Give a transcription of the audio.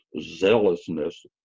zealousness